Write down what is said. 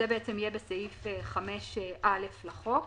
זה יהיה בסעיף 5(א) לחוק.